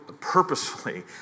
purposefully